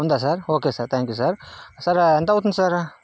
ఉందా sir okay sir thank you sir sir ఎంత అవుతుంది సార్